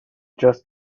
just